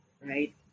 right